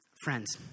Friends